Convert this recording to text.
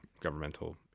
governmental